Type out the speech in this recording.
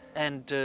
and,